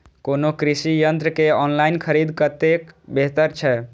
कोनो कृषि यंत्र के ऑनलाइन खरीद कतेक बेहतर छै?